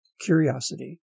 curiosity